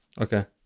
Okay